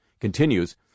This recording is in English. continues